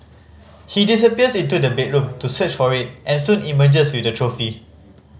he disappears into the bedroom to search for it and soon emerges with the trophy